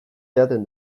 edaten